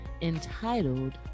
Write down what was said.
entitled